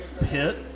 pit